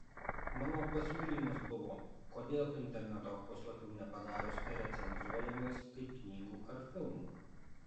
mano pasiūlymas buvo kodėl interneto puslapių nepadarius recenzuojamais kaip knygų ar filmų